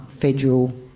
federal